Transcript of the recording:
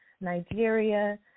Nigeria